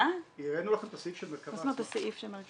מה זאת אומרת הסעיף של מרכב"ה?